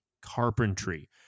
carpentry